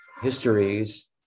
histories